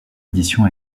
édition